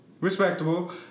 Respectable